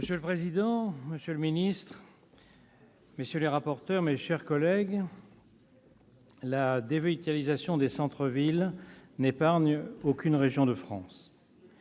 Monsieur le président, monsieur le ministre, mes chers collègues, la dévitalisation des centres-villes n'épargne aucune région de France.